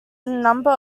number